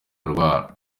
arwara